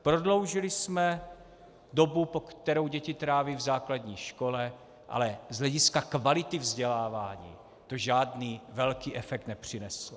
Prodloužili jsme dobu, kterou děti tráví v základní škole, ale z hlediska kvality vzdělávání to žádný velký efekt nepřineslo.